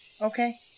Okay